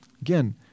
Again